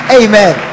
amen